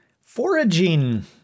foraging